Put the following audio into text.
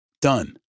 Done